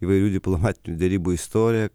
įvairių diplomatinių derybų istorija